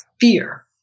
Fear